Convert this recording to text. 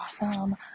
awesome